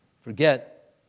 forget